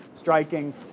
Striking